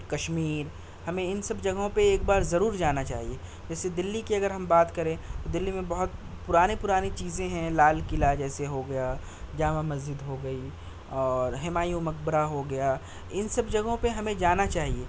کشمیر ہمیں ان سب جگہوں پہ ایک بار ضرور جانا چاہیے جیسے دلّی کی اگر ہم بات کریں تو دلّی میں بہت پرانے پرانی چیزیں ہیں لال قلعہ جیسے ہو گیا جامع مسجد ہو گئی اور ہمایوں مقبرہ ہوگیا ان سب جگہوں پہ ہمیں جانا چاہیے